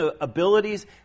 abilities